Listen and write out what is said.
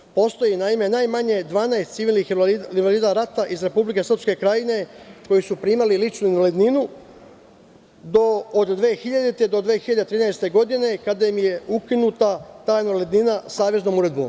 Naime, postoji najmanje 12 civilnih invalida rata iz Republike Srpske Krajine koji su primali ličnu invalidninu od 2000. do 2013. godine, kada im je ukinuta ta invalidnina saveznom uredbom.